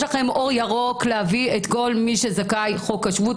יש לכם אור ירוק להביא את כל זכאי חוק השבות,